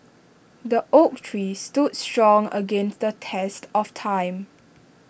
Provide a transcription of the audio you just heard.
the oak trees stood strong against the test of time